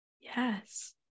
Yes